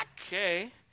Okay